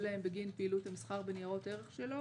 משלם בגין פעילות המסחר בניירות ערך שלו,